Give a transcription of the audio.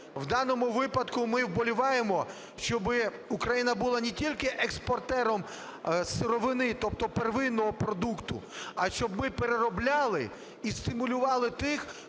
В даному випадку ми вболіваємо, щоб Україна була не тільки експортером сировини, тобто первинного продукту. А щоб ми переробляли і стимулювали тих,